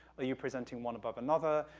are you presenting one above another,